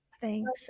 Thanks